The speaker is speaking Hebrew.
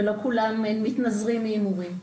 ולא כולם מתנזרים מהימורים.